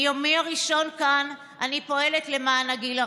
מיומי הראשון כאן אני פועלת למען הגיל הרך.